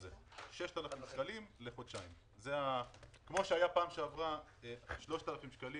בהקשר הזה דיווח לא נכון לשלטונות המס אז שלטונות המס כמובן